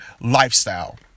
lifestyle